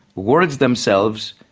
words themselves,